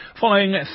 Following